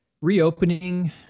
reopening